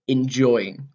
Enjoying